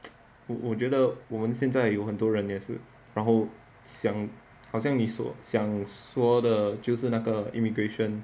我觉得我们现在有很多人也是然后想好像你想说的就是那个:wo jue de wo men xian zai you hen duo ren ye shi ran hou xiang hao xiang ni xiang shuoy de jiu shi na ge immigration